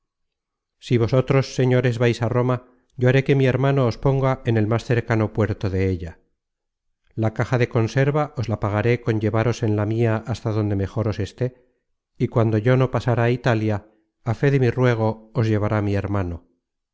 si vosotros señores vais á roma yo haré que mi hermano os ponga en el más cercano puerto de ella la caja de conserva os la pagaré con llevaros en la mia hasta donde mejor os esté y cuando yo no pasara á italia en fe de mi ruego os llevará mi hermano